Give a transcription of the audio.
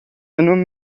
non